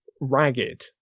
ragged